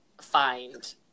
find